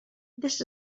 this